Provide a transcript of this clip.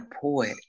poet